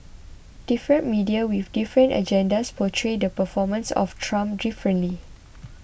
different media with different agendas portray the performance of Trump differently